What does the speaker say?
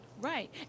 Right